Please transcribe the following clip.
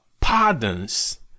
pardons